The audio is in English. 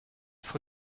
for